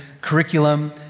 curriculum